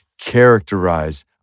characterize